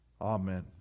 Amen